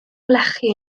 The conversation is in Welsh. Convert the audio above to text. lechi